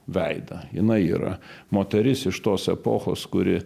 veidą jinai yra moteris iš tos epochos kuri